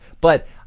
But-